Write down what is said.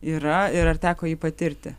yra ir ar teko jį patirti